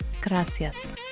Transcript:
Gracias